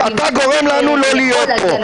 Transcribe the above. אתה גורם לנו לא להיות פה.